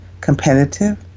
competitive